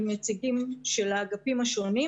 עם נציגים של האגפים השונים,